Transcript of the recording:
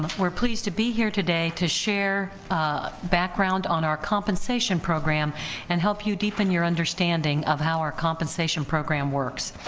we're pleased to be here today to share background on our compensation program and help you deepen your understanding of how our compensation program works,